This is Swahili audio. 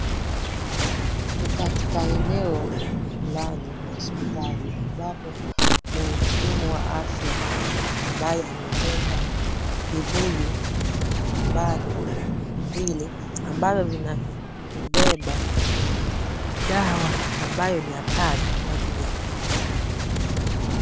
Ni katika eneo flani hospitali ambapo mhudumu wa afya ambaye amebeba vibuyu mbalimbali viwili ambavyo vimebeba dawa ambayo ni hatari kwa ajili ya binadamu.